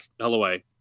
Holloway